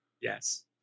Yes